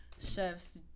chefs